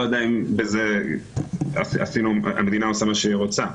אני לא יודע אם בזה המדינה עושה מה שהיא רוצה.